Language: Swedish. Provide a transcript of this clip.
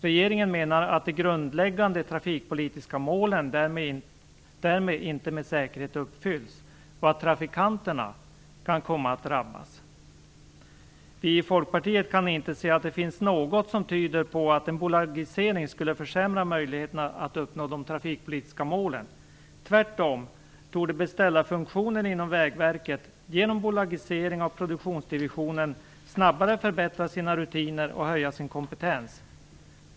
Regeringen menar att de grundläggande trafikpolitiska målen därmed inte med säkerhet uppfylls och att trafikanterna kan komma att drabbas. Vi i folkpartiet kan inte se att det finns något som tyder på att en bolagisering skulle försämra möjligheterna att uppnå de trafikpolitiska målen. Tvärtom torde beställarfunktionen inom Vägverket, genom bolagisering av produktionsdivisionen, snabbare förbättra sina rutiner och höja sin kompetens.